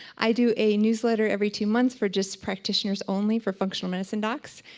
i do a newsletter every two months for just practitioners only for functional medicine docs,